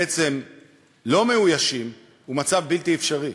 התפקידים בעצם לא מאוישים, הוא מצב בלתי אפשרי.